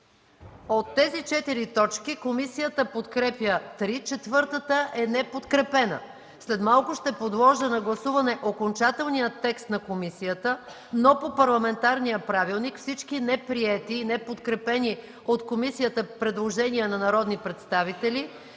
От тези четири точки комисията подкрепя три, четвъртата е неподкрепена. След малко ще подложа на гласуване окончателния текст на комисията, но по парламентарния правилник всички неприети и неподкрепени от комисията предложения на народни представители